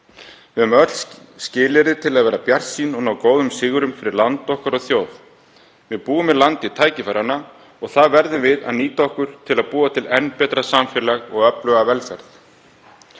Við höfum öll skilyrði til að vera bjartsýn og ná góðum sigrum fyrir land okkar og þjóð. Við búum í landi tækifæranna og það verðum við að nýta okkur til að búa til enn betra samfélag og skapa öfluga velferð.